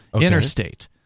interstate